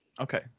Okay